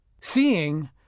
Seeing